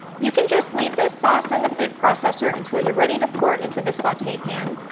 you can just leave this sauce in the food processor until you're ready to pour it into the saute pan,